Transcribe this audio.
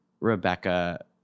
Rebecca